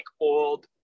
old